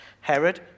Herod